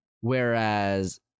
whereas